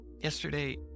Yesterday